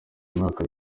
mwaka